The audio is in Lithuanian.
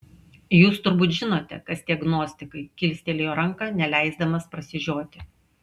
jūs turbūt žinote kas tie gnostikai kilstelėjo ranką neleisdamas prasižioti